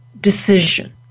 decision